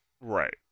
Right